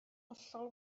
hollol